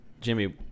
Jimmy